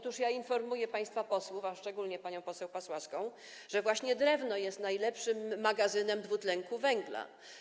Otóż ja informuję państwa posłów, a szczególnie panią poseł Pasławską, że właśnie drewno jest najlepszym magazynem dwutlenku węgla.